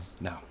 No